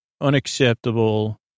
Unacceptable